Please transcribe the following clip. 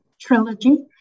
trilogy